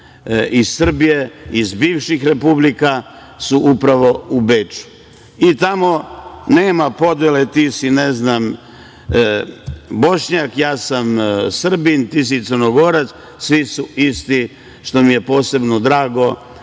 iz Srbije, iz bivših Republika su upravo u Beču i tamo nema podele – ti si, ne znam, Bošnjak, ja sam Srbin, ti si Crnogorac. Svi su isti, što mi je posebno drago,